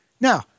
Now